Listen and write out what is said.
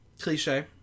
cliche